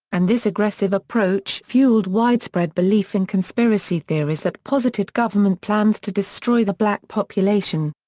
and this aggressive approach fueled widespread belief in conspiracy theories that posited government plans to destroy the black population.